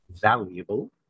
valuable